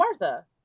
Martha